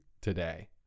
today